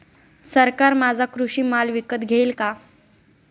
सरकार माझा कृषी माल विकत घेईल का?